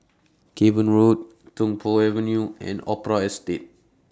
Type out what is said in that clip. Cavan Road Tung Po Avenue and Opera Estate